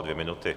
Dvě minuty.